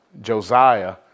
Josiah